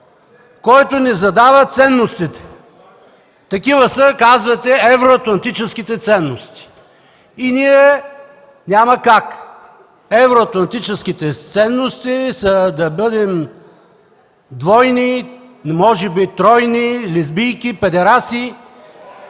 който ни задава ценностите. Такива са, казвате, евроатлантическите ценности – и ние, няма как. Евроатлантическите ценности са да бъдем двойни, може би тройни – лесбийки, педерасти.